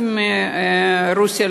הכנסת.